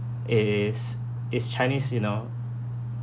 is is chinese you know